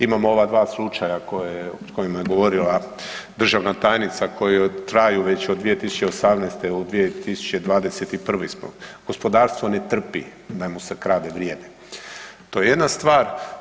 Imamo ova dva slučaja o kojima je govorila državna tajnica koja traju već od 2018. u 2021. smo, gospodarstvo ne trpi da mu se krade vrijeme, to je stvar.